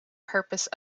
purpose